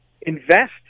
invest